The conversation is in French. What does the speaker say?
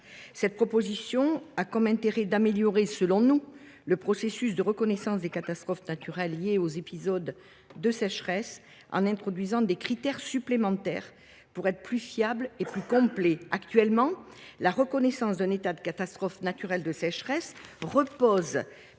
Nous proposons ce faisant d’améliorer le processus de reconnaissance des catastrophes naturelles liées aux épisodes de sécheresse en y introduisant des critères supplémentaires, afin de rendre le dispositif plus fiable et plus complet. Actuellement, la reconnaissance d’un état de catastrophe naturelle de sécheresse repose